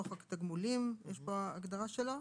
"חוק התגמולים לנפגעי פעולות איבה" חוק התגמולים לנפגעי פעולות איבה,